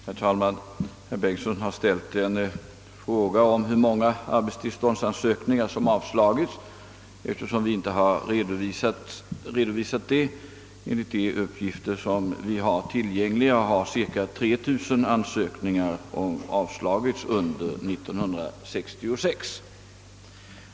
Herr talman! Herr Bengtsson i Landskrona har här frågat hur många ansökningar om arbetstillstånd som avslagits, en sak som jag inte har redovisat i svaret. Enligt de uppgifter jag har tillgängliga har cirka 3 000 ansökningar avslagits under 1966.